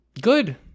Good